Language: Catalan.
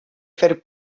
fer